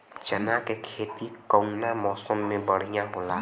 चना के खेती कउना मौसम मे बढ़ियां होला?